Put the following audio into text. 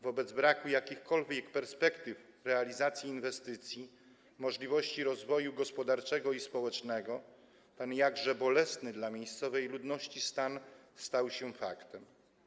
Wobec braku jakichkolwiek perspektyw realizacji inwestycji, możliwości rozwoju gospodarczego i społecznego, ten jakże bolesny dla miejscowej ludności stan stał się faktem.